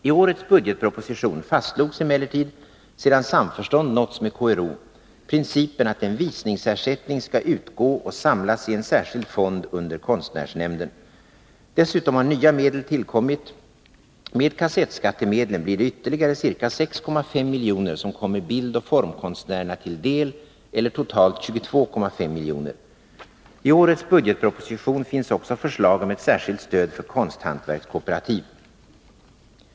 I årets budgetproposition fastslogs emellertid — sedan samförstånd nåtts med KRO — principen att en visningsersättning skall utgå och samlas i en särskild fond under konstnärsnämnden. Dessutom har nya medel tillkommit: med kassettskattemedlen blir det ytterligare ca 6,5 milj.kr. som kommer bildoch formkonstnärerna till del, eller totalt 22,5 milj.kr. I årets budgetproposition finns också förslag om ett särskilt stöd för konsthantverkskooperativ.